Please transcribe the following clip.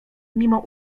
mimo